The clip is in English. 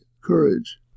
courage